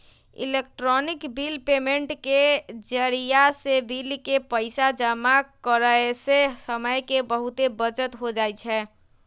electronic bill payment के जरियासे bill के पइसा जमा करेयसे समय के बहूते बचत हो जाई छै